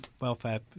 welfare